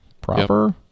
proper